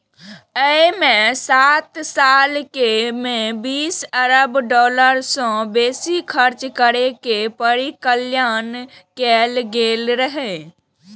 अय मे सात साल मे बीस अरब डॉलर सं बेसी खर्च करै के परिकल्पना कैल गेल रहै